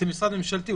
אתם משרד ממשלתי.